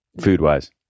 food-wise